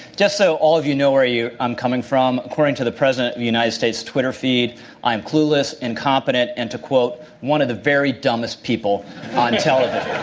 just so all of you know where i'm coming from, according to the president of the united states' twitter feed i am clueless, incompetent, and to quote, one of the very dumbest people on television.